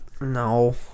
No